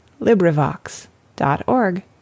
Librivox.org